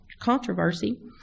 Controversy